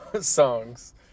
songs